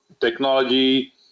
technology